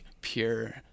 pure